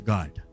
God